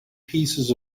pieces